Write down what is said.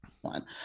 one